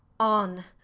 on,